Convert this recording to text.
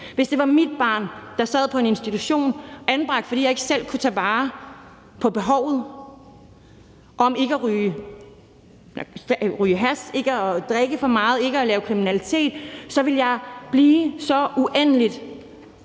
Hvis det var mit barn, der sad på en institution og var anbragt, fordi jeg ikke selv kunne tage vare på ham eller hende, på behovet i forhold til ikke at ryge hash, ikke at drikke for meget, ikke at lave kriminalitet, så ville jeg blive så uendelig